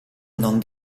non